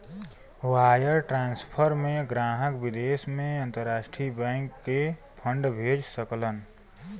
wire transfer में ग्राहक विदेश में अंतरराष्ट्रीय बैंक के फंड भेज सकलन